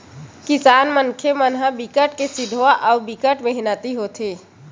किसान मनखे मन ह बिकट के सिधवा अउ बिकट मेहनती होथे